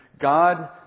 God